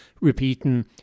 repeating